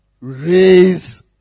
Raise